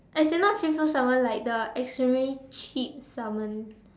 as in not free flow Salmon like the extremely cheap Salmon